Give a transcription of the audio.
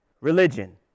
Religion